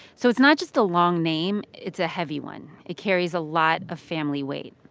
so it's not just a long name, it's a heavy one. it carries a lot of family weight.